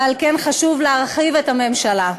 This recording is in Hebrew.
ועל כן חשוב להרחיב את הממשלה.